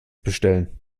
bestellen